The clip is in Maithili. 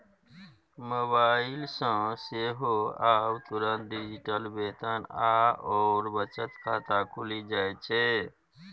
मोबाइल सँ सेहो आब तुरंत डिजिटल वेतन आओर बचत खाता खुलि जाइत छै